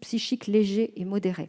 psychiques légers à modérés.